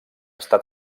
està